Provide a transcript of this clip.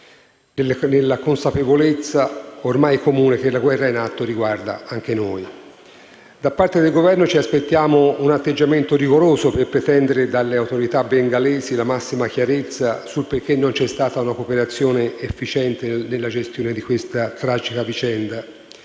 nella consapevolezza ormai comune che la guerra in atto riguarda anche noi. Da parte del Governo ci aspettiamo un atteggiamento rigoroso per pretendere dalle autorità bengalesi la massima chiarezza sul perché non c'è stata una cooperazione efficiente nella gestione di questa tragica vicenda;